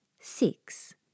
six